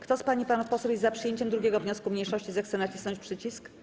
Kto z pań i panów posłów jest za przyjęciem 2. wniosku mniejszości, zechce nacisnąć przycisk.